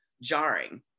jarring